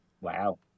Wow